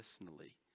personally